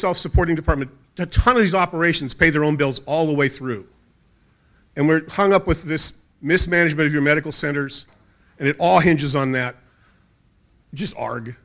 self supporting department attorneys operations pay their own bills all the way through and we're putting up with this mismanagement of your medical centers and it all hinges on that just arg